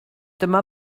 dyma